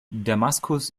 damaskus